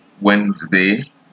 Wednesday